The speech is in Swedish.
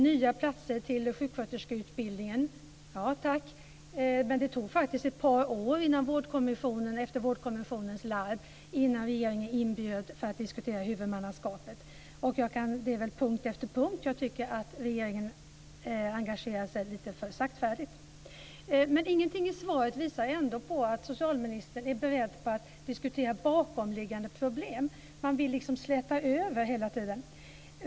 Nya platser till sjuksköterskeutbildningen blir det också. Tack, men det gick faktiskt ett par år efter Vårdkommissionens larm innan regeringen inbjöd till att diskutera huvudmannaskapet. På punkt efter punkt tycker jag att regeringen engagerar sig lite för saktfärdigt. Ingenting i svaret visar på att socialministern är beredd att diskutera bakomliggande problem. Man vill liksom släta över hela tiden.